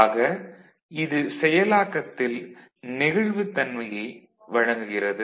ஆக இது செயலாக்கத்தில் நெகிழ்வுத்தன்மையை வழங்குகிறது